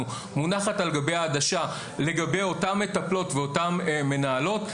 מונחת על גבי העדשה לגבי אותן מטפלות ואותן מנהלות,